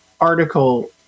article